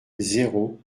zéro